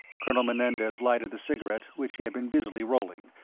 colonel menendez lighted the cigarette which he had been busily rolling,